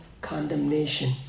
condemnation